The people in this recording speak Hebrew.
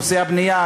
נושא הבנייה,